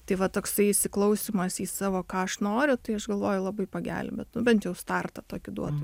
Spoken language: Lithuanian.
tai va toksai įsiklausymas į savo ką aš noriu tai aš galvoju labai pagelbėtų bent jau startą tokį duotų